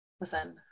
Listen